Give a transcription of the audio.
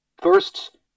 First